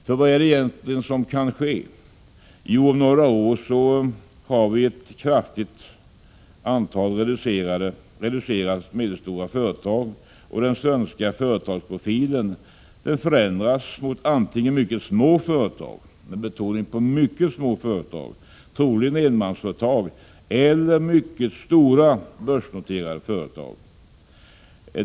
Den innebär nämligen, att vi om några år har ett kraftigt reducerat antal medelstora företag och att den svenska företagsprofilen förändras mot antingen mycket små företag — troligen enmansföretag — eller mycket stora börsnoterade företag.